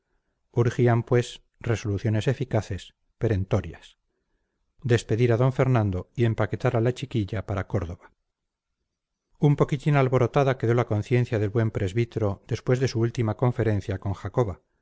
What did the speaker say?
urgían pues resoluciones eficaces perentorias despedir a d fernando y empaquetar a la chiquilla para córdoba un poquitín alborotada quedó la conciencia del buen presbítero después de su última conferencia con jacoba